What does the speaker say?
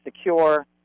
secure